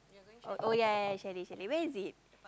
oh ya ya chalet chalet where is it